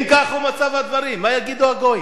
אם כך הוא מצב הדברים, מה יגידו הגויים?